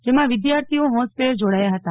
જેમાં વિદ્યાર્થીઓ હોંશભેર જોડાયા હતા